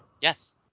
Yes